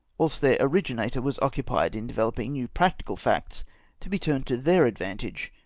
whilst their originator was occupied in developing new practical facts to be turned to their advantage,